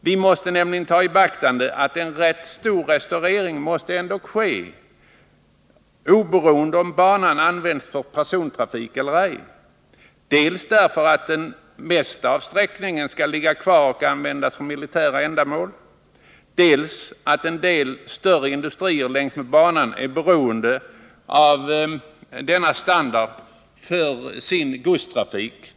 Vi måste nämligen ta i beaktande att en rätt stor restaurering ändock måste ske oberoende av om banan används för persontrafik eller ej, dels därför att det mesta av sträckningen skall ligga kvar och användas för militära ändamål, dels därför att en del större industrier längs banan är beroende av denna standard för sin godstrafik.